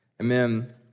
Amen